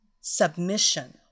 Submission